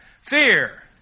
Fear